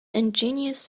ingenious